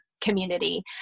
community